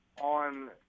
on